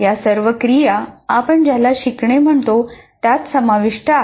या सर्व क्रिया आपण ज्याला शिकणे म्हणतो त्यात समाविष्ट आहेत